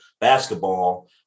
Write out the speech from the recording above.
basketball